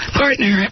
partner